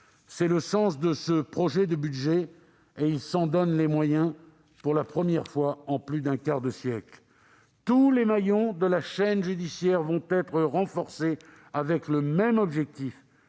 C'est le sens de ce projet de budget, qui s'en donne les moyens pour la première fois en plus d'un quart de siècle. Tous les maillons de la chaîne judiciaire seront renforcés avec le même objectif